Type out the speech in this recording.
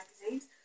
magazines